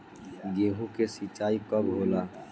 गेहूं के सिंचाई कब होला?